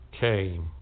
came